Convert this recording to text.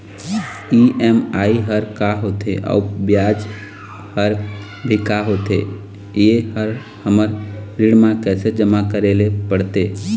EMI हर का होथे अऊ ब्याज हर भी का होथे ये हर हमर ऋण मा कैसे जमा करे ले पड़ते?